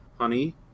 honey